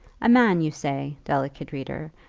a man, you say, delicate reader,